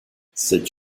cette